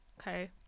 okay